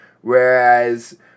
Whereas